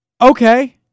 Okay